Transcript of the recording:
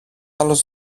άλλος